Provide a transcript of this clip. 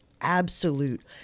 absolute